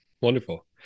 Wonderful